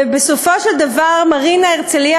ובסופו של דבר את מרינה הרצליה,